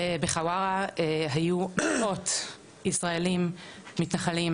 בחווארה היו מאות ישראלים מתנחלים